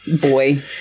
boy